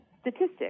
statistics